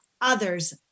Others